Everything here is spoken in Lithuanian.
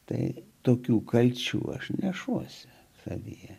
tai tokių kalčių aš nešuosi savyje